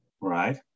Right